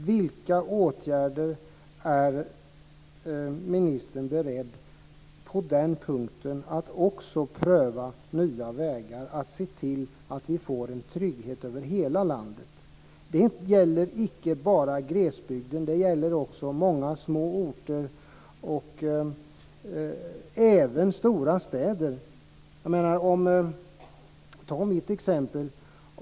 Vilka åtgärder är ministern beredd att pröva? Är hon beredd att också pröva nya vägar för att se till att vi får en trygghet över hela landet? Detta gäller inte bara glesbygden. Det gäller också många små orter och även stora städer. Ta mitt exempel.